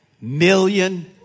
million